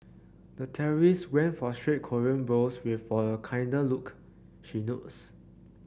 the terrorist went for straight Korean brows with for a kinder look she notes